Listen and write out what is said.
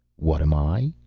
what am i?